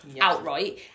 outright